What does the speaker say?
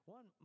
One